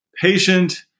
patient